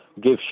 Give